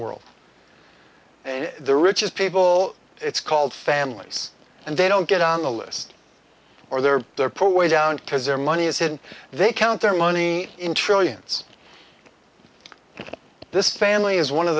world and the richest people it's called families and they don't get on the list or they're they're poor way down because their money is hidden they count their money in trillions and this family is one of